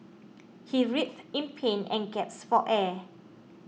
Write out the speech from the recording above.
he writhed in pain and gasped for air